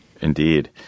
Indeed